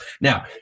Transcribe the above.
Now